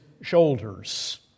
shoulders